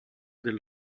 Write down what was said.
del